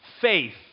faith